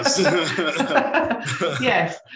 Yes